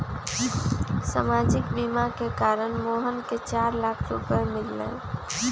सामाजिक बीमा के कारण मोहन के चार लाख रूपए मिल लय